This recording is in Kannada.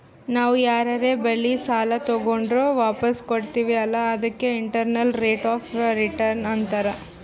ನಾವ್ ಯಾರರೆ ಬಲ್ಲಿ ಸಾಲಾ ತಗೊಂಡುರ್ ವಾಪಸ್ ಕೊಡ್ತಿವ್ ಅಲ್ಲಾ ಅದಕ್ಕ ಇಂಟರ್ನಲ್ ರೇಟ್ ಆಫ್ ರಿಟರ್ನ್ ಅಂತಾರ್